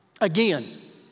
Again